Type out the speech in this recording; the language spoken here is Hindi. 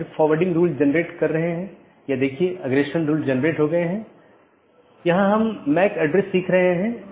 यह मूल रूप से स्केलेबिलिटी में समस्या पैदा करता है